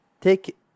take